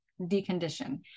decondition